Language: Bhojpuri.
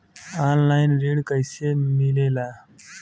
ऑनलाइन ऋण कैसे मिले ला?